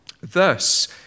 Thus